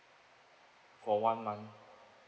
for one month